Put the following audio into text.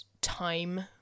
time